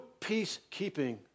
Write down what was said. peacekeeping